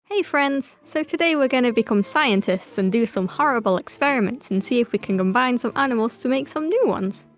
hey friends so today we're gonna become scientists and do some horrible experiments and see if we can combine some animals to make some new ones!